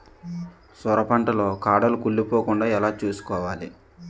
సొర పంట లో కాడలు కుళ్ళి పోకుండా ఎలా చూసుకోవాలి?